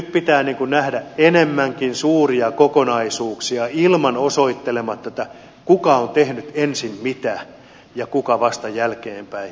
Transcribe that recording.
nyt pitää nähdä enemmänkin suuria kokonaisuuksia osoittelematta kuka on tehnyt ensin mitä ja kuka vasta jälkeenpäin